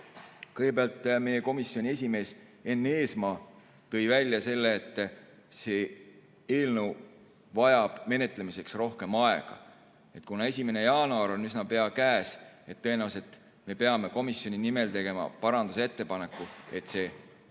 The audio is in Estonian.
Kõigepealt meie komisjoni esimees Enn Eesmaa tõi välja selle, et see eelnõu vajab menetlemiseks rohkem aega. Kuna 1. jaanuar on üsna pea käes, siis tõenäoliselt me peame komisjoni nimel tegema parandusettepaneku, et see